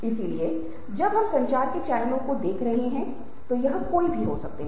इसलिए जब हम संचार के चैनलों को देख रहे हैं तो कई हो सकते हैं